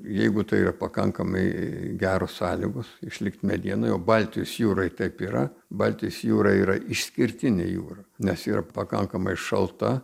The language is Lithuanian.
jeigu tai yra pakankamai geros sąlygos išlikt medienai o baltijos jūroj taip yra baltijos jūra yra išskirtinė jūra nes yra pakankamai šalta